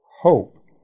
hope